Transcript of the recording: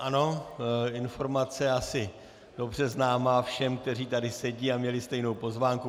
Ano, informace asi dobře známá všem, kteří tady sedí a měli stejnou pozvánku.